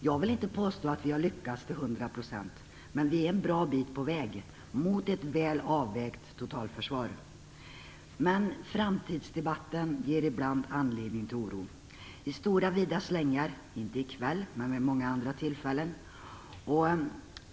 Jag vill inte påstå att vi har lyckats till hundra procent, men vi är en bra bit på väg mot ett väl avvägt totalförsvar. Men framtidsdebatten ger ibland anledning till oro. Det förekommer stora vida slängar, inte i kväll men vid många andra tillfällen.